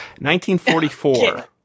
1944